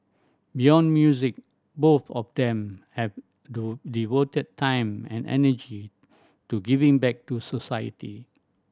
beyond music both of them have devoted time and energy to giving back to society